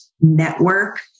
network